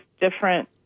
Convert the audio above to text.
different